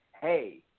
hey